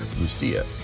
Lucia